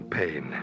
pain